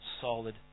solid